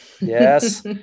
Yes